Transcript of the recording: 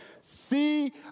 See